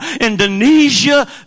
Indonesia